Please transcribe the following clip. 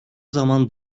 zaman